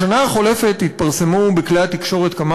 בשנה החולפת התפרסמו בכלי התקשורת כמה